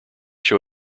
show